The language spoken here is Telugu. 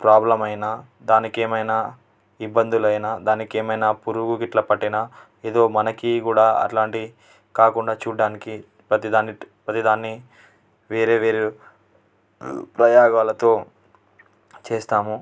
ప్రాబ్లం అయినా దానికి ఏమైన్నా ఇబ్బందులు అయినా దానికి ఏమైనా పురుగు గిట్ల పట్టిన ఏదో మనకి కూడా అలాంటివి కాకుండా చూడడానికి ప్రతి దాన్ని ప్రతి దాన్ని వేరే వేరే ప్రయోగాలతో చేస్తాము